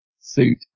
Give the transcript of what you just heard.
suit